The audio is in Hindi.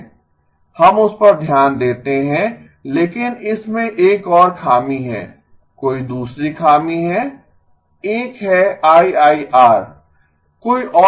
हम उस पर ध्यान देते हैं लेकिन इसमें एक और खामी है कोई दूसरी खामी है एक है आईआईआर